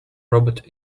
robot